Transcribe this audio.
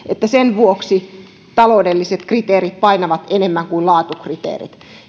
että sen vuoksi taloudelliset kriteerit painavat enemmän kuin laatu kriteerit